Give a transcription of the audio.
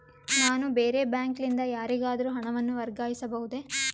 ನಾನು ಬೇರೆ ಬ್ಯಾಂಕ್ ಲಿಂದ ಯಾರಿಗಾದರೂ ಹಣವನ್ನು ವರ್ಗಾಯಿಸಬಹುದೇ?